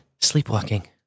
sleepwalking